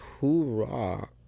hoorah